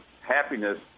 happiness